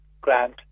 grant